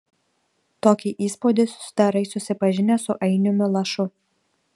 tokį įspūdį susidarai susipažinęs su ainiumi lašu